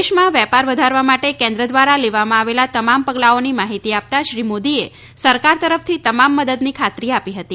દેશમાં વેપારમાં અરબના વધારવા માટે કેન્દ્ર દ્વારા લેવામાં આવેલા તમામ પગલાઓની માહિતી આપના શ્રી મોદીએ સરકાર તરફથી તમામ મદદની ખાતરી આપી હતી